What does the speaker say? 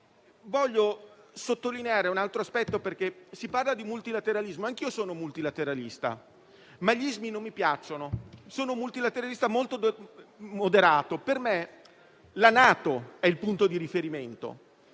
Voglio sottolineare un altro aspetto. Si parla di multilateralismo e anch'io sono multilateralista, anche se gli "ismi" non mi piacciono. Sono un multilateralista molto moderato. Per me la NATO è il punto di riferimento